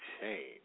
change